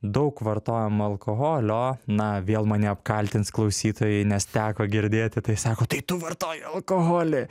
daug vartojam alkoholio na vėl mane apkaltins klausytojai nes teko girdėti tai sako tai tu vartoji alkoholį